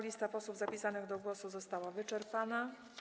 Lista posłów zapisanych do głosu została wyczerpana.